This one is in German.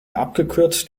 abgekürzt